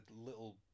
little